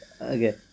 Okay